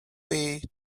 way